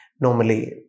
normally